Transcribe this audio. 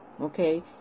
okay